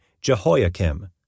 Jehoiakim